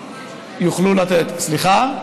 סליחה.